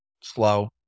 slow